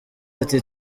ati